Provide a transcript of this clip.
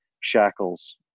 shackles